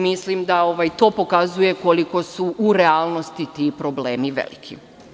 Mislim, da to pokazuje koliko su u realnosti ti problemi veliki.